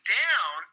down